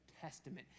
Testament